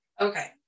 Okay